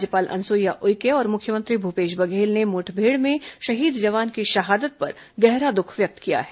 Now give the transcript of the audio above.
राज्यपाल अनुसुईया उइके और मुख्यमंत्री भूपेश बघेल ने मुठभेड़ में शहीद जवान की शहादत पर गहरा दुख व्यक्त किया है